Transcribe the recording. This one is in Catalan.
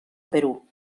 perú